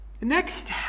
next